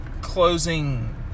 closing